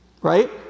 Right